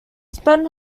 spent